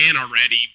already